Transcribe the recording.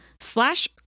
slash